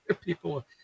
people